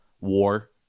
War